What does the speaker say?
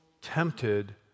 tempted